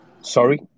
Sorry